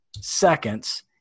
seconds